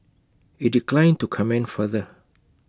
IT declined to comment further